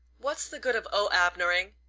what's the good of oh abner-ing?